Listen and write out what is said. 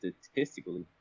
statistically